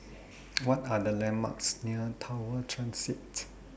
What Are The landmarks near Tower Transit